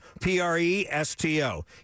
P-R-E-S-T-O